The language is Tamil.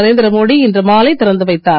நரேந்திர மோடி இன்று மாலை திறந்து வைத்தார்